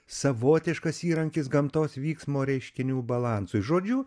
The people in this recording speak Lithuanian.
savotiškas įrankis gamtos vyksmo reiškinių balansui žodžiu